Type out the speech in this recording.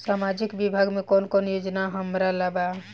सामाजिक विभाग मे कौन कौन योजना हमरा ला बा?